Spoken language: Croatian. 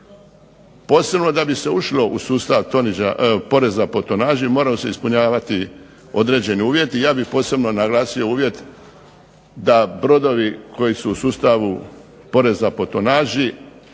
Posebno da bi se ušlo u sustav poreza po tonaži moraju se ispunjavati određeni uvjeti, ja bih posebno naglasio uvjet da brodovi koji su u sustavu poreza po tonaži